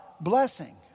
blessing